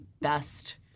best